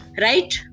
right